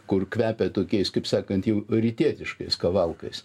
kur kvepia tokiais kaip sakant jau rytietiškais kavalkais